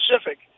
specific